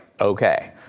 okay